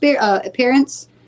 appearance